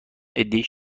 عدهای